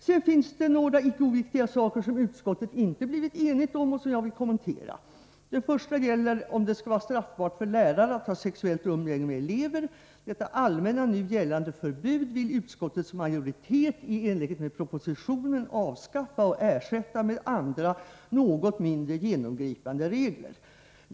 Det finns sedan några icke oviktiga saker som utskottet inte blivit enigt om och som jag vill kommentera. Den första gäller om det skall vara straffbart för lärare att ha sexuellt umgänge med elever. Detta allmänna, nu gällande förbud vill utskottets majoritet, i enlighet med propositionen, avskaffa och ersätta med andra, något mindre genomgripande regler.